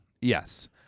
yes